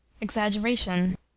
exaggeration